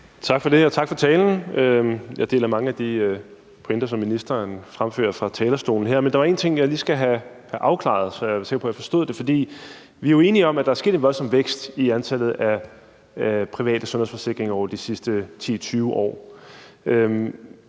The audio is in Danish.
Tak for det, og tak for talen. Jeg er enig i mange af de pointer, som ministeren fremfører fra talerstolen her, men der er en ting, jeg lige skal have afklaret, så jeg er sikker på, at jeg forstod det. For vi er jo enige om, at der er sket en voldsom vækst i antallet af private sundhedsforsikringer over de sidste 10-20 år,